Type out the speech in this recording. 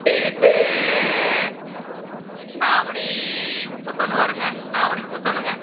date Avani முப்பத்தொன்று வரும்ங்க ஆவணி முப்பத்தொன்றுங்க